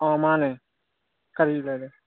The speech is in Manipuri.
ꯑꯣ ꯃꯥꯅꯦ ꯀꯔꯤ ꯂꯩꯔꯦ